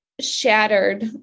shattered